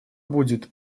будет